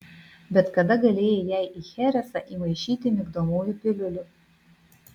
bet kada galėjai jai į cheresą įmaišyti migdomųjų piliulių